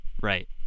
Right